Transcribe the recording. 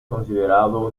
considerado